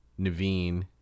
Naveen